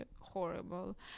horrible